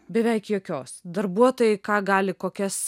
beveik jokios darbuotojai ką gali kokias